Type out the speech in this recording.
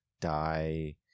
die